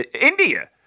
India